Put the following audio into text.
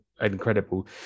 incredible